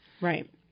Right